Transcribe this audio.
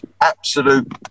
absolute